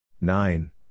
nine